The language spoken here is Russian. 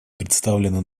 представленный